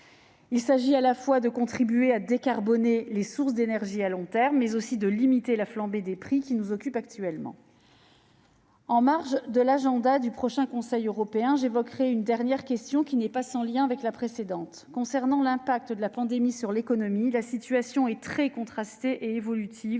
Il s'agit à la fois de contribuer à décarboner les sources d'énergie à long terme, mais aussi de limiter la flambée des prix qui nous préoccupe actuellement. En marge de l'agenda de la prochaine réunion du Conseil européen, je veux évoquer une dernière question, qui n'est pas sans lien avec la précédente. En ce qui concerne les conséquences de la pandémie de covid-19 sur l'économie, la situation est très contrastée et évolue